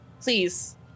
please